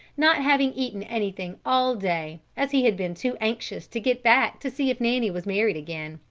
not having eaten anything all day, as he had been too anxious to get back to see if nanny was married again.